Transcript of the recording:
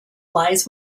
lies